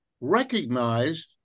recognized